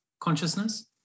consciousness